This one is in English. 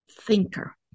thinker